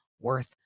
worth